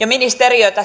ja ministeriötä